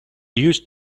used